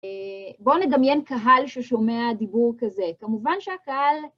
בואו נדמיין קהל ששומע דיבור כזה. כמובן שהקהל...